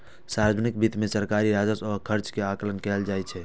सार्वजनिक वित्त मे सरकारी राजस्व आ खर्च के आकलन कैल जाइ छै